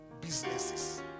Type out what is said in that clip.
businesses